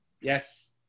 Yes